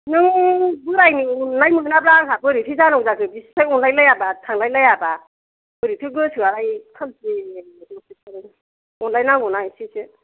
नों बोरायनि अननाय मोनाबा आंहा बोरैथो जानांगौ जाखो बिसि फिसाय अनलाय लायाबा थांलाय लायाबा बोरैथो गोसोआलाय खोमसि दरसि थालायनांगौ अनलायनांगौना एसेसो